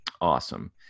Awesome